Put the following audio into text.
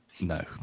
No